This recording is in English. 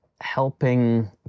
helping